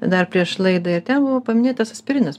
dar prieš laidą ir ten buvo paminėtas aspirinas